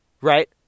right